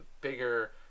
bigger